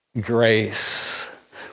grace